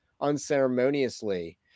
unceremoniously